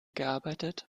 gearbeitet